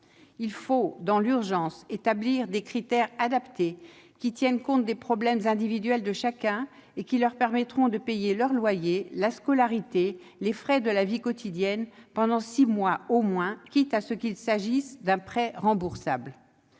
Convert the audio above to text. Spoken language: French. de toute urgence, des critères adaptés, qui tiennent compte des problèmes individuels de chacun et qui permettent de payer le loyer, la scolarité et les frais de la vie quotidienne pendant au moins six mois, quitte à ce qu'il s'agisse d'un prêt remboursable.